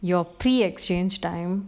your pre-exchange time